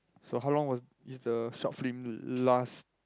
so how long was is the short film last